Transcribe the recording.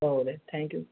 औ दे थेंक इव